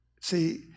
See